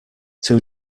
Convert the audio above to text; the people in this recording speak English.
two